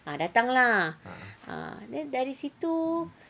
ah datang lah ah then dari situ